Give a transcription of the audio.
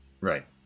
Right